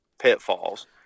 pitfalls